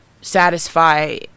satisfy